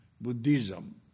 Buddhism